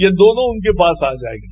ये दोनों उनके पास आ जाएंगे